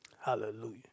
Hallelujah